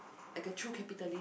like a true capitalist